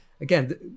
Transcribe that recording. again